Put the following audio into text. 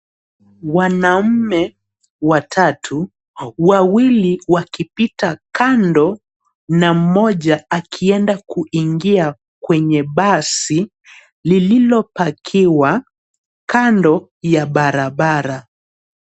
Wanaume watatu, wawili wakipita kando na moja akienda kuingia kwenye basi lililopakiwa kando ya barabara.